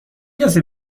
کسی